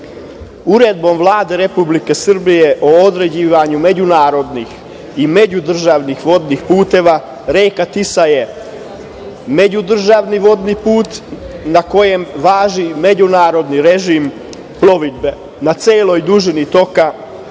broda. Uredbom Vlade Republike Srbije o određivanju međunarodnih i međudržavnih vodnih puteva, reka Tisa je međudržavni vodni put na kojem važi međunarodni režim plovidbe na celoj dužini toka